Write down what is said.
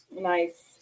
Nice